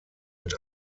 mit